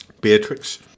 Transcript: Beatrix